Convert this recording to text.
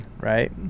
right